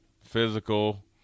physical